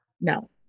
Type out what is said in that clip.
No